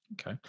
Okay